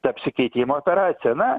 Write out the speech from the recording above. ta apsikeitimo operacija na